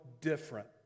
different